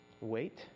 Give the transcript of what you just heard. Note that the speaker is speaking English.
Wait